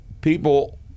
people